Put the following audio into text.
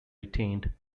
retained